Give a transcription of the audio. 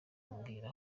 mbwira